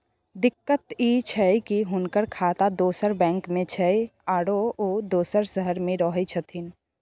दिक्कत इ छै की हुनकर खाता दोसर बैंक में छै, आरो उ दोसर शहर में रहें छथिन